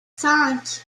cinq